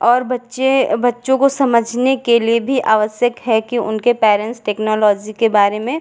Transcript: और बच्चे बच्चों को समझने के लिए भी आवश्यक है कि उनके पैरेंट्स टेक्नोलॉज़ी के बारे में